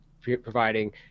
providing